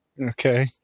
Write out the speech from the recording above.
Okay